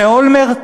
זה אולמרט?